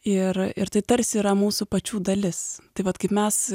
ir ir tai tarsi yra mūsų pačių dalis tai vat kaip mes